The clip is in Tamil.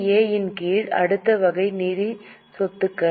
ஏ இன் கீழ் அடுத்த வகை நிதி சொத்துக்கள்